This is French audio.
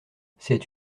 cette